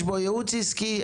ייעוץ עסקי.